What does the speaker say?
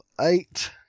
eight